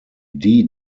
dee